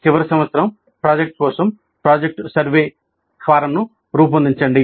చివరి సంవత్సరం ప్రాజెక్ట్ కోసం ప్రాజెక్ట్ సర్వే ఫారమ్ను రూపొందించండి